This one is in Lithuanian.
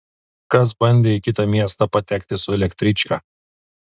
kas bandė į kitą miestą patekti su elektryčka